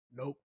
Nope